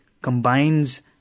combines